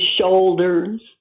shoulders